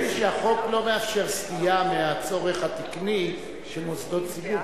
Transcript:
נדמה לי שהחוק לא מאפשר סטייה מהצורך התקני של מוסדות ציבור.